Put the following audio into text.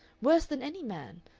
worse than any man.